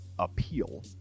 appeal